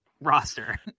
roster